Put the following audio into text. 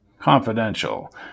Confidential